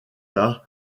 tard